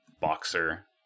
boxer